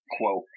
quote